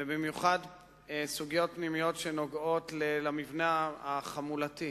ובמיוחד סוגיות פנימיות שנוגעות למבנה החמולתי,